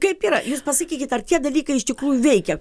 kaip yra jūs pasakykit ar tie dalykai iš tikrųjų veikia